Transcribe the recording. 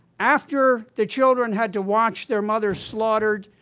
after the children had to watch their mothers slaughtered,